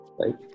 right